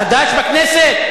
באמת, מה אתה חדש בכנסת?